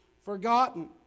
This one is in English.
forgotten